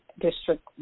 District